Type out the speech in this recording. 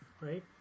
Right